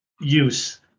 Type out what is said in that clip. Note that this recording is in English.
use